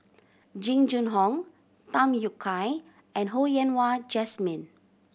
Jing Jun Hong Tham Yui Kai and Ho Yen Wah Jesmine